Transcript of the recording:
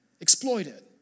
Exploited